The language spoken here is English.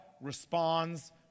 responds